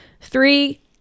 Three